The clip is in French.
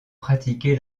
pratiqué